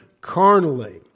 carnally